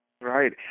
Right